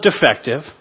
defective